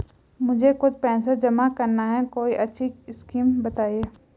मुझे कुछ पैसा जमा करना है कोई अच्छी स्कीम बताइये?